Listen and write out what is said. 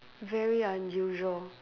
very unusual